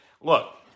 Look